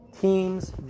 teams